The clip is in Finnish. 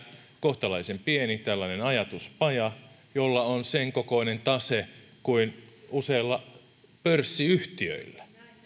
kohtalaisen pieni ajatuspaja jolla on senkokoinen tase kuin useilla pörssiyhtiöillä